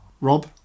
Rob